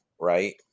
right